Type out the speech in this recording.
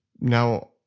now